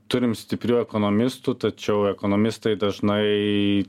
turim stiprių ekonomistų tačiau ekonomistai dažnai